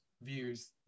views